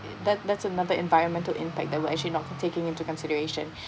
that that's another environmental impact that we're actually not taking into consideration